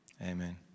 Amen